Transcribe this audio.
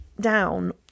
down